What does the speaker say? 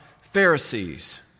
Pharisees